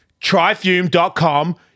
tryfume.com